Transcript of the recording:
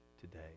today